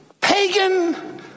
pagan